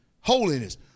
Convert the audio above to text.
holiness